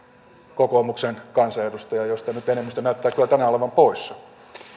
kokoomuksen kansanedustaja joista nyt enemmistö näyttää kyllä tänään olevan poissa